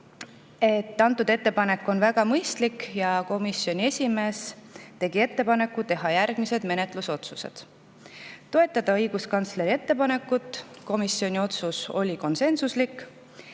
et ettepanek on väga mõistlik, ja komisjoni esimees tegi ettepaneku teha järgmised menetlusotsused: toetada õiguskantsleri ettepanekut (komisjoni otsus oli konsensuslik)